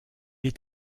est